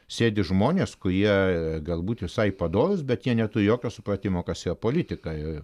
sėdi žmonės kurie galbūt visai padorūs bet jie neturi jokio supratimo kas yra politika i